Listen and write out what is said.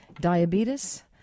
diabetes